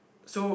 so